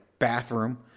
bathroom